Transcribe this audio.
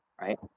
Right